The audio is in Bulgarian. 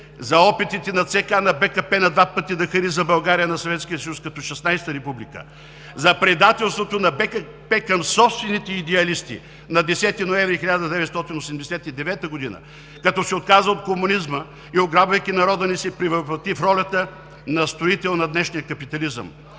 за опитите на ЦК на БКП на два пъти да хариже България на Съветския съюз като 16-а република; за предателството на БКП към собствените й идеалисти на 10 ноември 1989 г., като се отказа от комунизма и ограбвайки народа ни, се превъплъти в ролята на строител на днешния капитализъм.